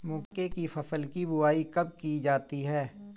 मक्के की फसल की बुआई कब की जाती है?